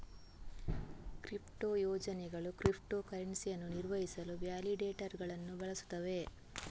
crypto ಯೋಜನೆಗಳು crypto ಕರೆನ್ಸಿಯನ್ನು ನಿರ್ವಹಿಸಲು ವ್ಯಾಲಿಡೇಟರುಗಳನ್ನು ಬಳಸುತ್ತವೆ